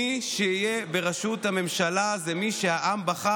מי שיהיה בראשות הממשלה זה מי שהעם בחר